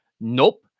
Nope